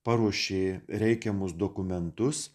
paruošė reikiamus dokumentus